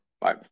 Bye